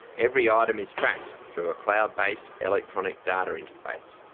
every item is tracked through a cloud-based electronic data interface.